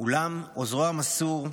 אולם עוזרו המסור,